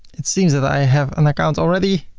it seems that i have an account already.